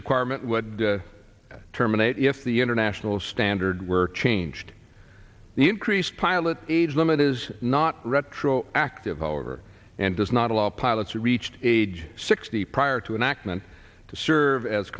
requirement would terminate if the international standard were changed the increased pilot age limit is not retro active however and does not allow pilots to reach age sixty prior to an accident to serve as